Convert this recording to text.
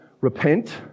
repent